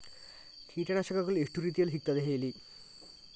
ಕೀಟನಾಶಕಗಳು ಎಷ್ಟು ರೀತಿಯಲ್ಲಿ ಸಿಗ್ತದ ಹೇಳಿ